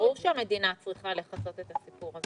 ברור שהמדינה צריכה לכסות את זה.